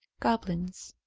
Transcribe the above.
goblins.